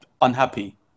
unhappy